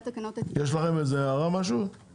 יש לכם איזו הערה ח"כים?